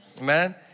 Amen